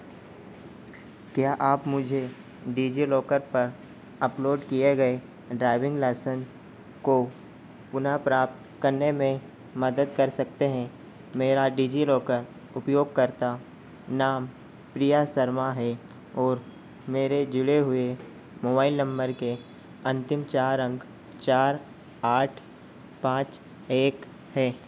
क्या आप मुझे डिजिलॉकर पर अपलोड किए गए ड्राइविंग लाइसेंस को पुनः प्राप्त करने में मदद कर सकते हैं मेरा डिजिलॉकर उपयोगकर्ता नाम प्रिया शर्मा है और मेरे जुड़े हुए मोबाइल नंबर के अंतिम चार अंक चार आठ पाँच एक हैं